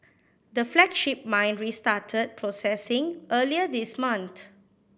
the flagship mine restarted processing earlier this month